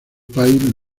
país